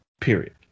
period